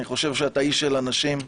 אני חושב שאתה איש של אנשים,